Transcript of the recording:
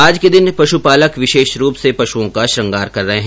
आज के दिन पशुपालक विशेष रूप से पशुओं का श्रंगार कर रहे है